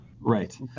right